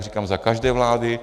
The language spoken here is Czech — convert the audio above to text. Říkám za každé vlády.